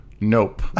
nope